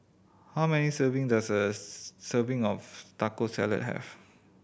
how many serving does a serving of Taco Salad have